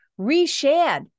reshared